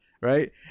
right